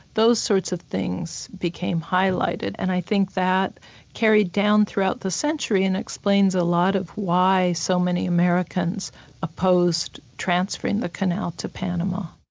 those sorts of things became highlighted and i think that carried down throughout the century and explains a lot of why so many americans opposed transferring the canal to panama.